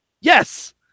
yes